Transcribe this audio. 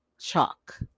chalk